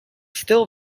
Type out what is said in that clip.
still